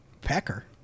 Pecker